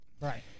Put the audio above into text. Right